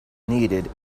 needed